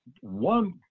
one